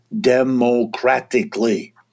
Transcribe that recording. democratically